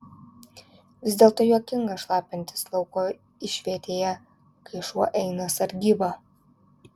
vis dėlto juokinga šlapintis lauko išvietėje kai šuo eina sargybą